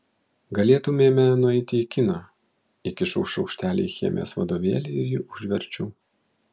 galėtumėme nueiti į kiną įkišau šaukštelį į chemijos vadovėlį ir jį užverčiau